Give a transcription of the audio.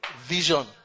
vision